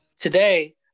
Today